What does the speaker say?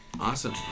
Awesome